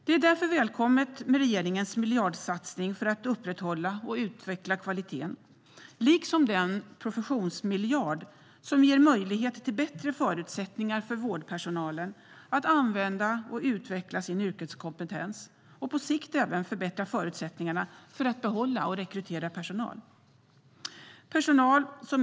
Det är därför välkommet med regeringens miljardsatsning för att upprätthålla och utveckla kvaliteten liksom den professionsmiljard som ger möjlighet till bättre förutsättningar för vårdpersonalen att använda och utveckla sin yrkeskompetens och på sikt även förbättra förutsättningarna för att behålla och rekrytera personal.